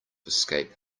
escape